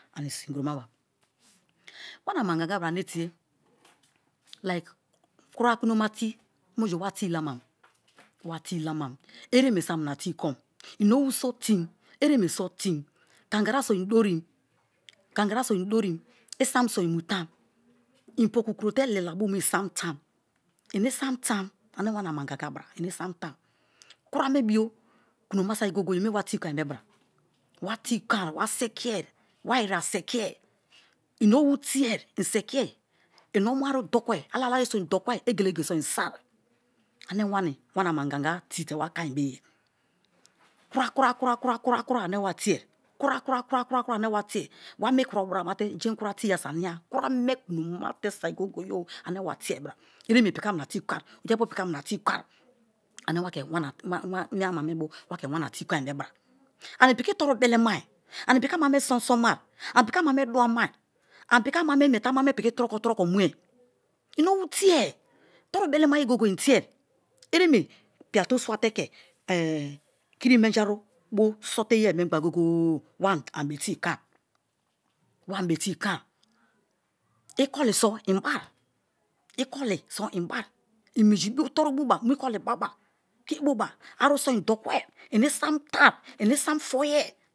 Ani sinkuro ma ba wana amangaga bra ane ti̠e liki kura kuloma te muju wa tee lamam. Wa tee lamam ereme so amina te̠e̠ kom, i̠ owu so te̠e̠m, ereme so̠ tēēm, kangara so i dōrim, kangara so i dorīm. Isam so i̠ mu tam, i̠ po̠ku krote luabo mu isam tam, ini isam tam, ane wani amangaga bra, ini isam tam kuramebio kulōma saki goye-goye me wa te̠e̠ kon be bra, we te̠e̠ ko̠n, wa sekiye, wa irià sekiye, ini owu tie, i̠ sekiye, i omuaru do̠kuwe̠, alali aru so i dokuwe, egelege so̠ i̠ so̠i̠. Ane wani wana amangaga-a tēē te̠ wa kon be ye. Kura-kura-kura-kura ane wa te̠ē, kura-kura-kura-kura ane wa tēe̠. Wa mi kra buromate jein kura te-ya so ani-ya kura me kulomate saki goye-goye ame wa tēe̠ bra. Ereme piki amina tēē ko̠n, japu piki amina tee kon, ame wake mi amamebo wana tēē kon be bra. Ani piki toru belemai, ani piki amame so̠so̠nmai, ani piki amame duwamai, ani piki amame miete amame piki troko troko mue i ōwu tēe̠ torubelemaye goye-goye in tēe̠ ereme piatō swate ke kiri menji aru bo sote ye mengba goye-goye wa ani be tēē kon, wa ani be tēe kon ikoli so in bai, ikoli so in bai i minji bo toru muba mu ikoli baba ke boba aru so in-dokue ini isam tanri ini isam foi̠ye̠.